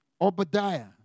Obadiah